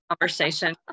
conversation